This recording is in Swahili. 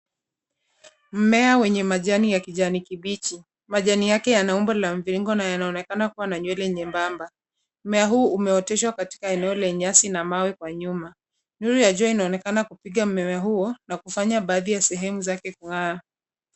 Mmea wenye majani ya kijani kibichi, majani yake yana umbo la mviringo na yanaonekana kuwa na nywele nyembamba. Mmea huu umeoteshwa katika eneo ya nyasi na mawe kwa nyuma nuru ya jua inaonekana kupiga mmea huo na kufanya baadhi ya sehemu yake kung'aa.